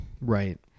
Right